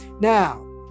Now